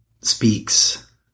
speaks